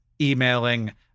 emailing